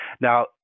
Now